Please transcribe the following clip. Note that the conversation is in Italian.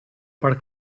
per